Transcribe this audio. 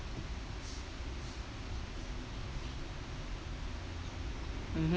mmhmm